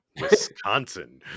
Wisconsin